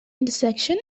intersection